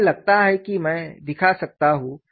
मुझे लगता है कि मैं दिखा सकता हूं